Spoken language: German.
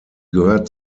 gehört